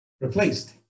replaced